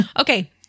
Okay